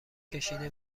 کشیده